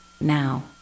now